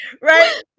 Right